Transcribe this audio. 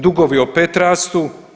Dugovi opet rastu.